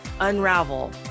unravel